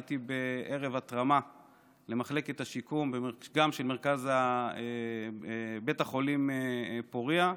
הייתי בערב התרמה למחלקת השיקום גם של בית החולים פוריה,